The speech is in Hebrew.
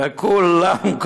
וכולם,